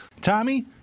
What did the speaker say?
Tommy